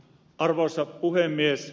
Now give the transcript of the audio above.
arvoisa puhemies